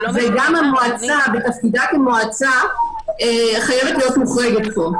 וגם המועצה בתפקידה כמועצה חייבת להיות מוחרגת פה.